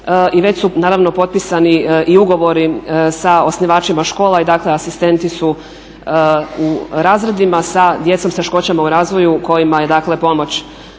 i već su naravno potpisani i ugovori sa osnivačima škola i dakle asistenti su u razredima sa djecom s teškoćama u razvoju kojima je dakle pomoć